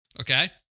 Okay